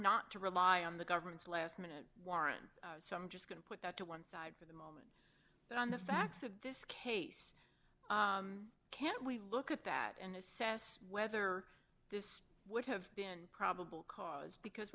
not to rely on the government's last minute warrant so i'm just going to put that to one side for the moment that on the facts of this case can we look at that and assess whether this would have been probable cause because